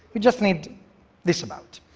we just need this amount.